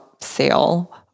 sale